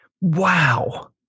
Wow